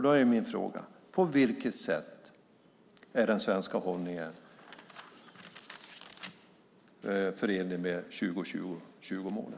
Då är min fråga: På vilket sätt är den svenska hållningen förenlig med 20-20-20-målen?